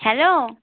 hello